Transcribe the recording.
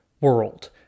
world